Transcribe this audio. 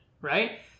right